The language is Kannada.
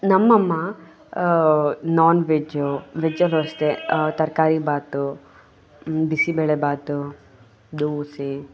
ನಮ್ಮಅಮ್ಮ ನಾನ್ ವೆಜ್ಜ ವೆಜ್ಜಲ್ಲು ಅಷ್ಟೇ ತರಕಾರಿ ಭಾತು ಬಿಸಿಬೇಳೆ ಭಾತು ದೋಸೆ